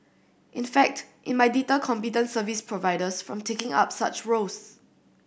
in fact it might deter competent service providers from taking up such roles